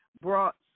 brought